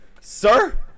Sir